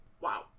Wow